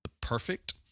perfect